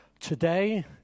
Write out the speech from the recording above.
Today